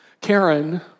Karen